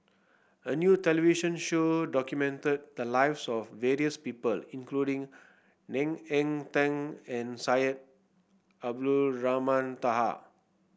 a new television show documented the lives of various people including Ng Eng Teng and Syed Abdulrahman Taha